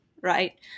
Right